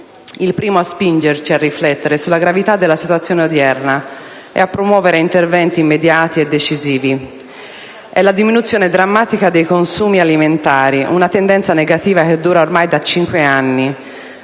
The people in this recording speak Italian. il primo a spingerci a riflettere sulla gravità della situazione odierna e a promuovere interventi immediati e decisivi. Mi riferisco alla diminuzione drammatica dei consumi alimentari, tendenza negativa che dura ormai da cinque anni